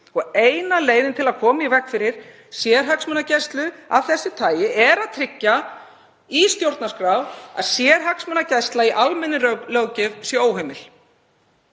Eina leiðin til að koma í veg fyrir sérhagsmunagæslu af þessu tagi er að tryggja í stjórnarskrá að sérhagsmunagæsla í almennri löggjöf sé óheimil,